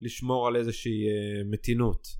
לשמור על איזושהי מתינות.